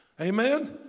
Amen